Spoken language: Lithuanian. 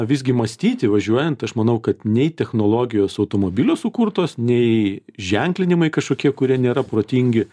visgi mąstyti važiuojant aš manau kad nei technologijos automobilio sukurtos nei ženklinimai kažkokie kurie nėra protingi